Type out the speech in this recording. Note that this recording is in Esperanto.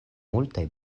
multaj